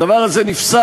הדבר הזה נפסק,